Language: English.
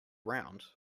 round